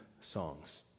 songs